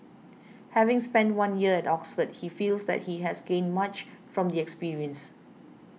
having spent one year at Oxford he feels that he has gained much from the experience